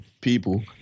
people